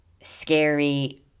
scary